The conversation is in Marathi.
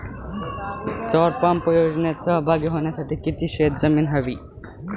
सौर पंप योजनेत सहभागी होण्यासाठी किती शेत जमीन हवी?